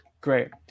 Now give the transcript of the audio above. Great